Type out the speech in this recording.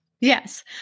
Yes